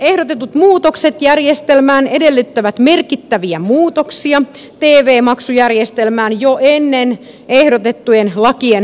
ehdotetut muutokset järjestelmään edellyttävät merkittäviä muutoksia tv maksujärjestelmään jo ennen ehdotettujen lakien voimaantuloa